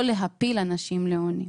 לא להפיל אנשים לעוני.